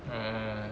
mm